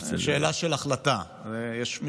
זו לא שאלה של תקשורת, זו שאלה של החלטה.